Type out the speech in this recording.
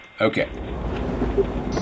okay